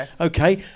okay